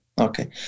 Okay